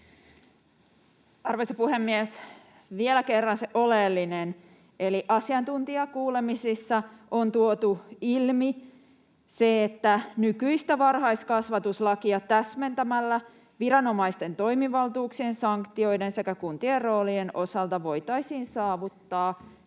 Arvoisa puhemies! Vielä kerran se oleellinen: eli asiantuntijakuulemisissa on tuotu ilmi se, että nykyistä varhaiskasvatuslakia täsmentämällä viranomaisten toimivaltuuksien, sanktioiden sekä kuntien roolien osalta voitaisiin saavuttaa